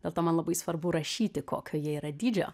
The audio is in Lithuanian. dėl to man labai svarbu rašyti kokio jie yra dydžio